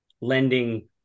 lending